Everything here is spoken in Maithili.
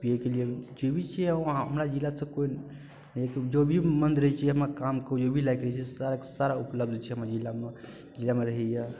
पिएके लिए जे भी चीज यऽ वहाँ हमरा जिलासँ कोइ जो भी मन रहैत छै हमरा काम कोइ भी लायक रहैत छै साराके सारा उपलब्ध छै हमरा जिलामे जिलामे रहैया